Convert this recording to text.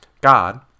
God